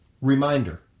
Reminder